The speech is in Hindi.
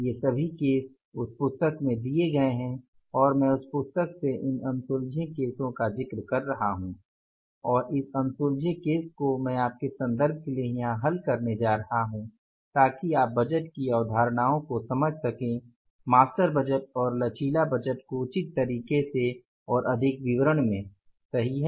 ये सभी केस उस पुस्तक में दिए गए हैं और मैं उस पुस्तक से इन अनसुलझे केसों जिक्र कर रहा हूं और इस अनसुलझे केस को मैं आपके संदर्भ के लिए यहां हल करने जा रहा हूं ताकि आप बजट की अवधारणाओं को समझ सकें मास्टर बजट और लचीला बजट को उचित तरीके से और अधिक विवरण में सही है